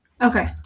Okay